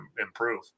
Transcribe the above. improve